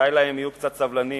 די להם אם יהיו קצת סבלניים,